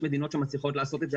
יש מדינות שמצליחות לעשות את זה,